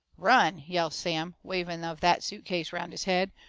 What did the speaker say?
run! yells sam, waving of that suit case round his head,